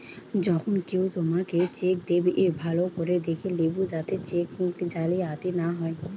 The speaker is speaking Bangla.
যখন কেও তোমাকে চেক দেবে, ভালো করে দেখে লেবু যাতে চেক জালিয়াতি না হয়